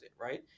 right